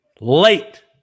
late